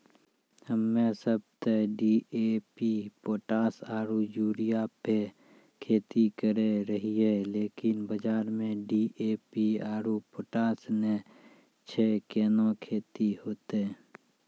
हम्मे सब ते डी.ए.पी पोटास आरु यूरिया पे खेती करे रहियै लेकिन बाजार मे डी.ए.पी आरु पोटास नैय छैय कैना खेती होते?